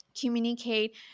communicate